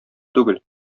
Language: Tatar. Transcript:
түгел